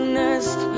nest